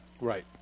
Right